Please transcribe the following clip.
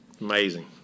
Amazing